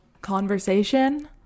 conversation